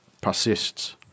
persists